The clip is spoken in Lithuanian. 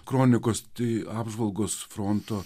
kronikos tai apžvalgos fronto